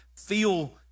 feel